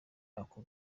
ako